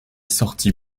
sortit